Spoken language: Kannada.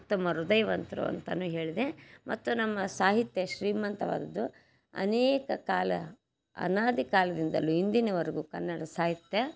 ಉತ್ತಮ ಹೃದಯವಂತರು ಅಂತನೂ ಹೇಳಿದೆ ಮತ್ತು ನಮ್ಮ ಸಾಹಿತ್ಯ ಶ್ರೀಮಂತವಾದದ್ದು ಅನೇಕ ಕಾಲ ಅನಾದಿ ಕಾಲದಿಂದಲೂ ಇಂದಿನವರ್ಗೂ ಕನ್ನಡ ಸಾಹಿತ್ಯ